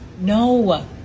no